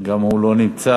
גם הוא לא נמצא.